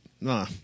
nah